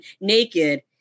naked